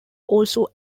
also